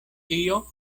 tio